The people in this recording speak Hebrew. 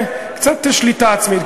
קצת שליטה עצמית,